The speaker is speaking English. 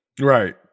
right